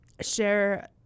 share